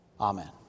Amen